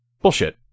Bullshit